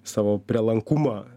savo prielankumą